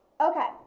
Okay